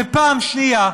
ופעם שנייה,